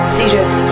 Seizures